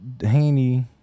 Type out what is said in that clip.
Haney